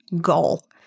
goal